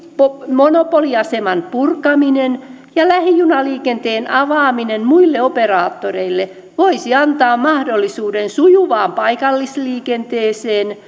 monopoliaseman purkaminen ja lähijunaliikenteen avaaminen muille operaattoreille voisi antaa mahdollisuuden sujuvaan paikallisliikenteeseen